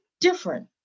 different